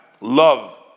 love